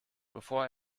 bevor